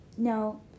No